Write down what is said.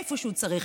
איפה שהוא צריך.